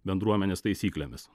bendruomenės taisyklėmis